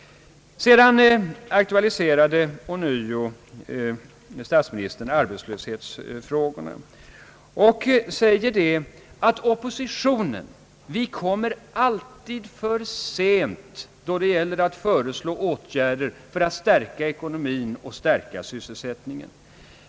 Sedan aktualiserade statsministern ånyo arbetslöshetsfrågorna. Han påstår att oppositionen alltid kommer för sent när det gäller att föreslå åtgärder för att stärka ekonomin och sysselsättningen.